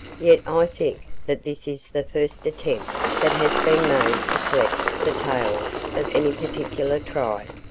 yet i think that this is the first attempt that has been made to collect the tales of any particular tribe,